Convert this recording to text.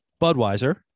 Budweiser